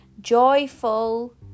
joyful